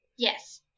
Yes